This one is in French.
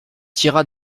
tira